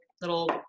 little